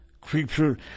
creature